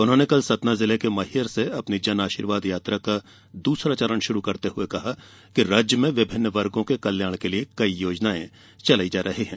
उन्होंने कल सतना जिले के मैहर से अपनी जन आशीर्वाद यात्रा का दूसरा चरण शुरू करते हुए कहा कि राज्य में विभिन्न वर्गो के कल्याण के लिए कई योजनाएं चलाई जा रही है